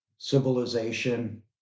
civilization